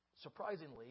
Surprisingly